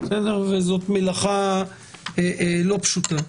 וזאת מלאכה לא פשוטה.